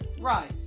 right